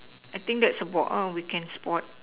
I think that's about all we can spot